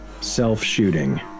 self-shooting